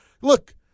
Look